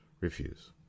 refuse